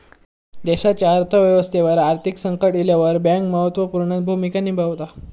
देशाच्या अर्थ व्यवस्थेवर आर्थिक संकट इल्यावर बँक महत्त्व पूर्ण भूमिका निभावता